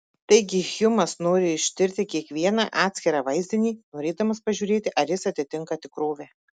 taigi hjumas nori ištirti kiekvieną atskirą vaizdinį norėdamas pažiūrėti ar jis atitinka tikrovę